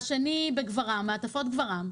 גברעם.